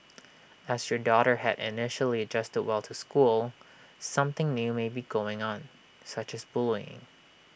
as your daughter had initially adjusted well to school something new may be going on such as bullying